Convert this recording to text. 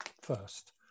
first